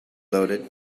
loaded